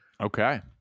Okay